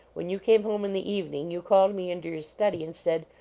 when you came home in the evening, you called me into your study and said,